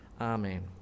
Amen